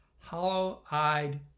hollow-eyed